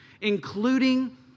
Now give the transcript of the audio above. Including